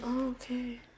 Okay